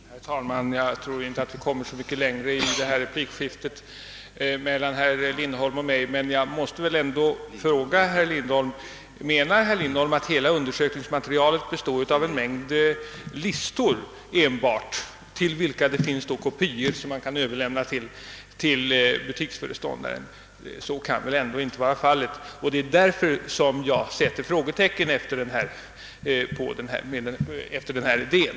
Herr talman! Jag tror inte att vi kommer så mycket längre genom att fortsätta replikskiftet mellan herr Lindholm och mig. Jag måste ändå fråga herr Lindholm om han menar att hela undersökningsmaterialet består enbart av en mängd listor till vilka det finns kopior som kan överlämnas till butiksföreståndaren. Så kan väl ändå inte vara fallet. Det är därför jag sätter ett frågetecken när det gäller den här idén.